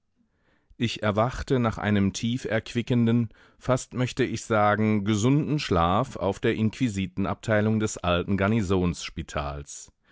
ich erwachte nach einem tieferquickenden fast möchte ich sagen gesunden schlaf auf der inquisiten abteilung des alten